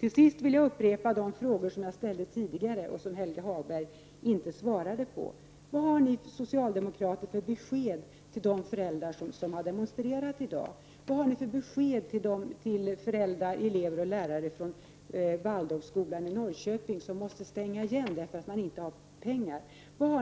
Till sist vill jag upprepa de frågor som jag ställde tidigare och som Helge Hagberg inte svarade på. Vilket besked har ni socialdemokrater till de föräldrar som har demonstrerat i dag? Vilket besked har ni till föräldrar och lärare i Waldorfskolan i Norrköping, som måste stänga därför att det inte finns pengar?